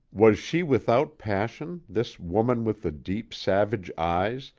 was she without passion, this woman with the deep, savage eyes,